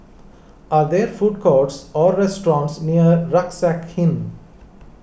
are there food courts or restaurants near Rucksack Inn